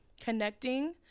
connecting